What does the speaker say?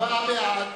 ארבעה בעד,